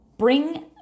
Bring